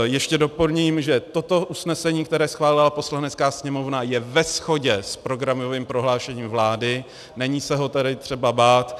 Ještě doplním, že toto usnesení, které schválila Poslanecká sněmovna, je ve shodě s programovým prohlášením vlády, není se ho tedy třeba bát.